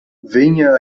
venha